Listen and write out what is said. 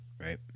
right